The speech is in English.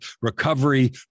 recovery